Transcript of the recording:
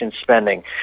spending